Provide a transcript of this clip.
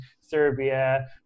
Serbia